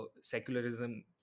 secularism